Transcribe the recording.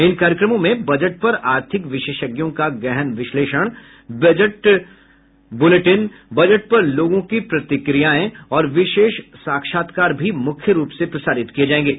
इन कार्यक्रमों में बजट पर आर्थिक विशेषज्ञों का गहन विश्लेषण विशेष बजट बुलेटिन बजट पर लोगों की प्रतिक्रियाएं और विशेष साक्षात्कार भी मुख्य रूप से प्रसारित किए जाएंगे